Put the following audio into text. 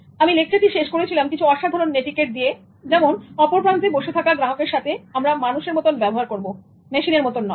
আমি লেকচারটি শেষ করেছিল কিছু অসাধারণ নেটিকেট দিয়ে যেমন অপরপ্রান্তে বসে থাকা গ্রাহকের সাথে আমরা মানুষের মতন ব্যবহার করব মেশিনের মত নয়